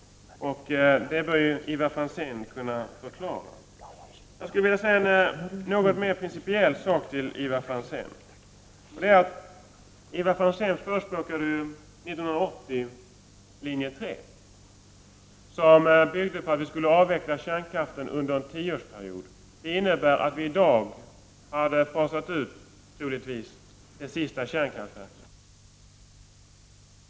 Det bör Ivar Franzén kunna förklara. Jag skulle till Ivar Franzén vilja säga en sak av något mer principiell natur. Ivar Franzén förespråkade ju 1980 linje 3, enligt vilken vi skulle avveckla kärnkraften under en tioårsperiod. Det hade inneburit att vi i dag troligtvis hade mönstrat ut det sista kärnkraftverket.